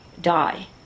die